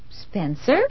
Spencer